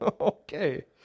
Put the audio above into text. Okay